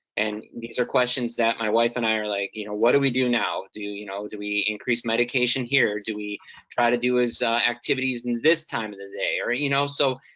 and these are questions that my wife and i are like, you know, what do we do now? do we, you know, do we increase medication here? do we try to do his activities in this time of the day? or you know, so,